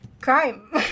Crime